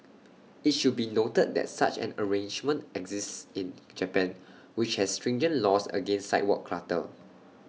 IT should be noted that such an arrangement exists in Japan which has stringent laws against sidewalk clutter